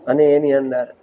અને એની અંદર